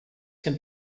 can